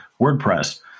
WordPress